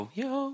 yo